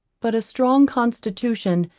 but a strong constitution,